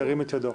ירים את ידו.